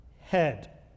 head